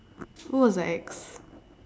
who was the ex